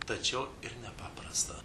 tačiau ir nepaprasta